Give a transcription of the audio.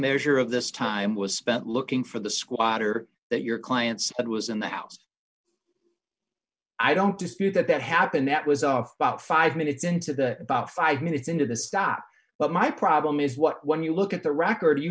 measure of this time was spent looking for the squatter that your client's that was in the house i don't dispute that that happened that was off about five minutes into the about five minutes into the stop but my problem is what when you look at the record you